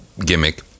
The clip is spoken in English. gimmick